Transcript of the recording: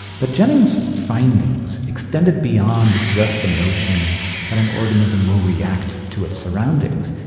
but jennings' findings extended beyond just the notion that an organism will react to its surroundings.